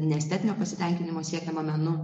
ne estetinio pasitenkinimo siekiama menu